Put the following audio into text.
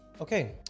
Okay